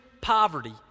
poverty